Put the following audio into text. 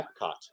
Epcot